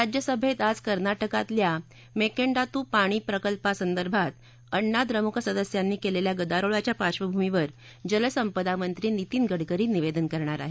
राज्यसभेत आज कर्नाटकातल्या मेकेंडातू पाणी प्रकल्पासंदर्भात अण्णा द्रमुक सदस्यांनी केलेल्या गदारोळाच्या पार्श्वभूमीवर जलसंपदा मंत्री नितीन गडकरी निवेदन करणार आहेत